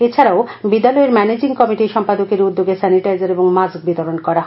এছাডাও বিদ্যালয়ের ম্যানেজিং কমিটির সম্পাদকের উদ্যোগে স্যানিটাইজার ও মাস্ক বিতরণ করা হয়